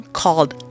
called